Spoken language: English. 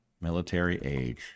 military-age